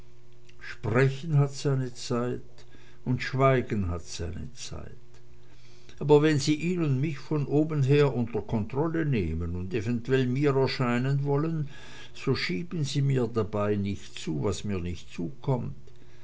sprechen hat seine zeit und schweigen hat seine zeit aber wenn sie ihn und mich von oben her unter kontrolle nehmen und eventuell mir erscheinen wollen so schieben sie mir dabei nicht zu was mir nicht zukommt